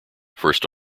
first